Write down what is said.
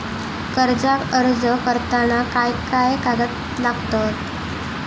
कर्जाक अर्ज करताना काय काय कागद लागतत?